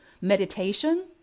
Meditation